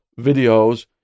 videos